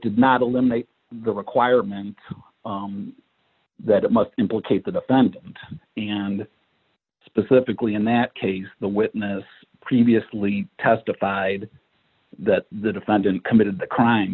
did not eliminate the requirement that it must implicate the defendant and specifically in that case the witness previously testified that the defendant committed the crime